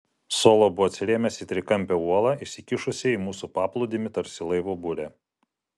solo buvo atsirėmęs į trikampę uolą išsikišusią į mūsų paplūdimį tarsi laivo burė